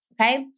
Okay